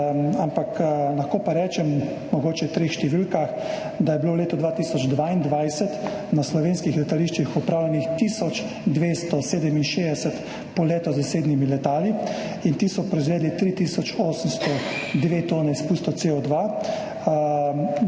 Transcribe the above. Ampak lahko pa rečem mogoče v treh številkah, da je bilo letu 2022 na slovenskih letališčih opravljenih tisoč 267 poletov z zasebnimi letali in ti so proizvedli 3 tisoč 802 toni izpustili CO2.